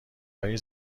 های